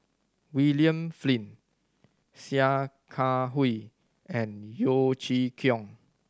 William Flint Sia Kah Hui and Yeo Chee Kiong